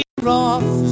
Roth